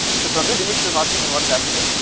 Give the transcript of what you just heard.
so, from this initial marking then what will happen is,